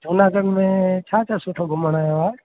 जूनागढ़ में छा छा सुठो घुमण जो आहे